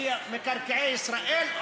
שהיא מקרקעי ישראל,